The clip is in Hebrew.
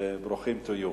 ברוכים תהיו.